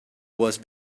was